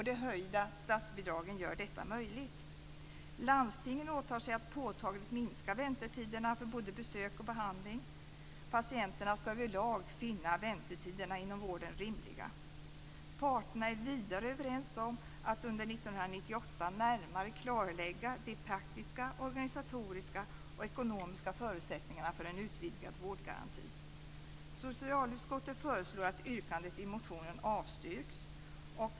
De höjda statsbidragen gör detta möjligt. Landstingen åtar sig att påtagligt minska väntetiderna för både besök och behandling. Patienterna skall över lag finna väntetiderna inom vården rimliga. Parterna är vidare överens om att under 1998 närmare klarlägga de praktiska, organisatoriska och ekonomiska förutsättningarna för en utvidgad vårdgaranti. Socialutskottet föreslår att yrkandet i motionen avstyrs.